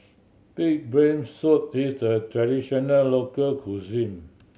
pig brain soup is the traditional local cuisine